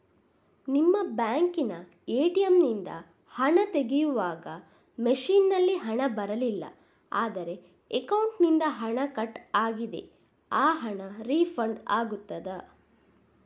ನಿಮ್ಮ ಬ್ಯಾಂಕಿನ ಎ.ಟಿ.ಎಂ ನಿಂದ ಹಣ ತೆಗೆಯುವಾಗ ಮಷೀನ್ ನಲ್ಲಿ ಹಣ ಬರಲಿಲ್ಲ ಆದರೆ ಅಕೌಂಟಿನಿಂದ ಹಣ ಕಟ್ ಆಗಿದೆ ಆ ಹಣ ರೀಫಂಡ್ ಆಗುತ್ತದಾ?